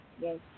Yes